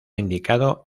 indicado